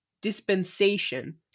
dispensation